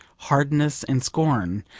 hardness and scorn,